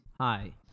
Hi